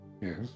Yes